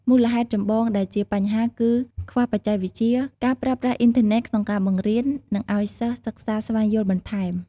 មូលហេតុចម្បងដែលជាបញ្ហាគឺ ខ្វះបច្ចេកវិទ្យា ការប្រើប្រាស់អុីនធឺណេតក្នុងការបង្រៀន និងឱ្យសិស្សសិក្សាស្វែងយល់បន្ថែម។